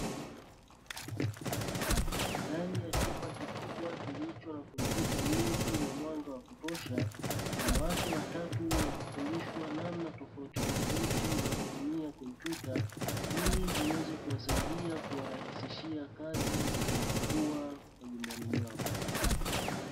Ndani ya chumba kikubwa kilicho na kompyuta nyingi na mwanga wa kutosha, wanawake watatu wakifundishwa namna tofautitofauti ya kutumia kompyuta ili ziweze kuwasaidia kuwarahisishia kazi watakapokuwa majumbani mwao.